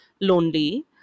lonely